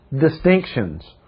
distinctions